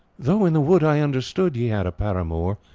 though in the wood i understood ye had a paramour,